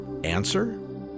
answer